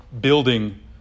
building